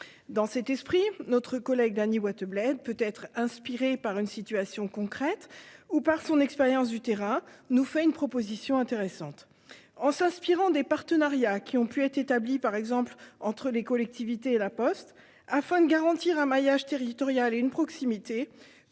Dans cet esprit, notre collègue Dany Wattebled, peut-être inspiré par une situation concrète ou par son expérience du terrain, nous fait une proposition intéressante. En prenant exemple sur les partenariats qui ont pu être établis, par exemple entre les collectivités et La Poste, afin de garantir un maillage territorial et une proximité,